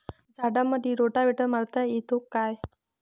झाडामंदी रोटावेटर मारता येतो काय?